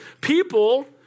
people